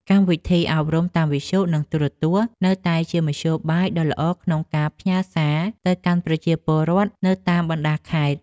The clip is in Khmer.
កម្មវិធីអប់រំតាមវិទ្យុនិងទូរទស្សន៍នៅតែជាមធ្យោបាយដ៏ល្អក្នុងការផ្ញើសារទៅកាន់ប្រជាពលរដ្ឋនៅតាមបណ្តាខេត្ត។